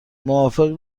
موافق